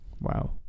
wow